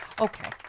Okay